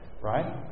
right